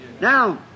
Now